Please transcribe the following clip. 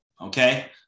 Okay